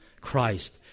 Christ